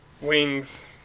Wings